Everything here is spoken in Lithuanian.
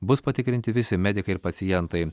bus patikrinti visi medikai ir pacientai